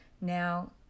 now